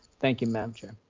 thank you madam chair.